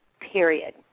period